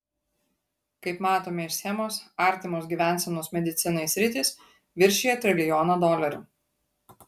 kaip matome iš schemos artimos gyvensenos medicinai sritys viršija trilijoną dolerių